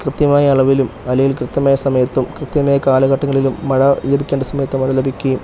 കൃത്യമായ അളവിലും അല്ലേൽ കൃത്യമായ സമയത്തും കൃത്യമായ കാലഘട്ടങ്ങളിലും മഴ ലഭിക്കേണ്ട സമയത്തും മഴ ലഭിക്കയും